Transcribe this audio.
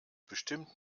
bestimmt